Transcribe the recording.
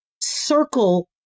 circle